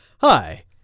Hi